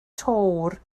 töwr